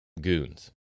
goons